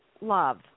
love